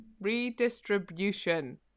redistribution